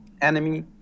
enemy